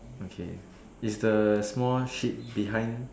okay is the small sheep behind